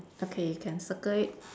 okay you can circle it